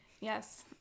yes